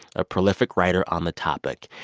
a prolific writer on the topic,